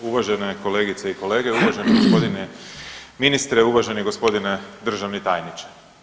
Uvažene kolegice i kolege, uvaženi gospodine ministre, uvaženi gospodine državni tajniče.